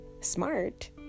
smart